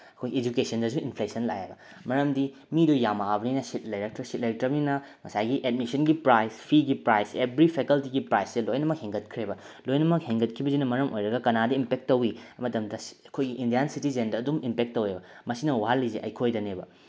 ꯑꯩꯈꯣꯏ ꯑꯦꯖꯨꯀꯦꯁꯟꯗꯁꯨ ꯏꯟꯐ꯭ꯂꯦꯁꯟ ꯂꯥꯛꯑꯦꯕ ꯃꯔꯝꯗꯤ ꯃꯤꯗꯣ ꯌꯥꯝꯃꯛꯑꯕꯅꯤꯅ ꯁꯤꯠ ꯂꯩꯔꯛꯇ꯭ꯔꯦ ꯁꯤꯠ ꯂꯩꯔꯛꯇ꯭ꯔꯕꯅꯤꯅ ꯉꯁꯥꯏꯒꯤ ꯑꯦꯠꯃꯤꯁꯟꯒꯤ ꯄ꯭ꯔꯥꯏꯁ ꯐꯤꯒꯤ ꯄ꯭ꯔꯥꯏꯁ ꯑꯦꯕ꯭ꯔꯤ ꯐꯦꯀꯜꯇꯤꯒꯤ ꯄ꯭ꯔꯥꯁꯁꯦ ꯂꯣꯏꯅꯃꯛ ꯍꯦꯟꯒꯠꯈ꯭ꯔꯦꯕ ꯂꯣꯏꯅꯃꯛ ꯍꯦꯟꯒꯠꯈꯤꯕꯁꯤꯅ ꯃꯔꯝ ꯑꯣꯏꯔꯒ ꯀꯅꯥꯗ ꯏꯝꯄꯦꯛ ꯇꯧꯋꯤ ꯃꯇꯝꯗ ꯑꯩꯈꯣꯏꯒꯤ ꯏꯟꯗꯤꯌꯥꯟ ꯁꯤꯇꯤꯖꯦꯟꯗ ꯑꯗꯨꯝ ꯏꯝꯄꯦꯛ ꯇꯧꯋꯦꯕ ꯃꯁꯤꯅ ꯋꯥꯍꯜꯂꯤꯁꯦ ꯑꯩꯈꯣꯏꯗꯅꯦꯕ